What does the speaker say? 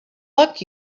luck